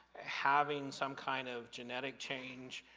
having some kind of genetic change,